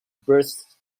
burst